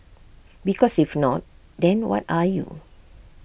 because if not then what are you